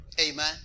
Amen